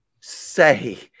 say